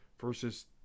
versus